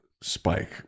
Spike